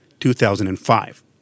2005